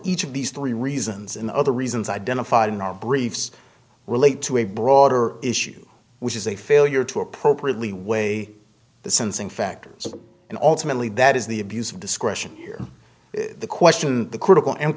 each of these three reasons and other reasons identified in our briefs relate to a broader issue which is a failure to appropriately weigh the sensing factors and ultimately that is the abuse of discretion here is the question the critical and